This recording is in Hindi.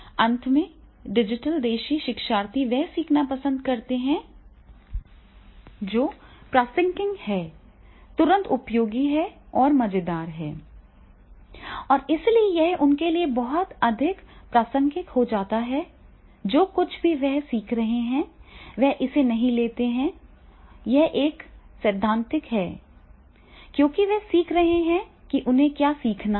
अंत में डिजिटल देशी शिक्षार्थी वे सीखना पसंद करते हैं जो प्रासंगिक है तुरंत उपयोगी और मजेदार है और इसलिए यह उनके लिए बहुत अधिक प्रासंगिक हो जाता है जो कुछ भी वे सीख रहे हैं वे इसे नहीं लेते हैं यह एक सैद्धांतिक है क्योंकि वे सीख रहे हैं कि उन्हें क्या सीखना है